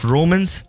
Romans